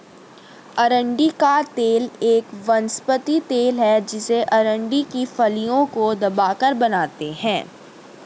अरंडी का तेल एक वनस्पति तेल है जिसे अरंडी की फलियों को दबाकर बनाते है